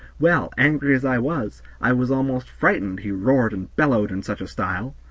well, angry as i was, i was almost frightened, he roared and bellowed in such a style.